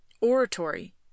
oratory